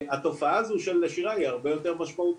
התופעה הזו של נשירה היא הרבה יותר משמעותית.